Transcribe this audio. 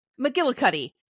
McGillicuddy